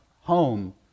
home